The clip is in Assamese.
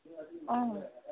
অঁ